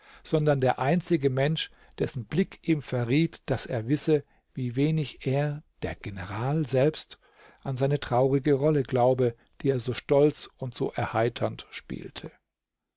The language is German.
sondern der einzige mensch dessen blick ihm verriet daß er wisse wie wenig er der general selbst an seine traurige rolle glaube die er so stolz und so erheiternd spielte